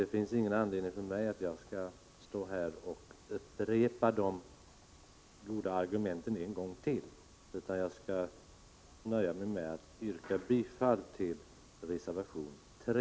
Det finns ingen anledning för mig att nu upprepa de goda argument jag framförde i den debatten, och jag nöjer mig därför med att yrka bifall till reservation 3.